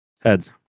heads